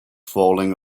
falling